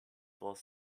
was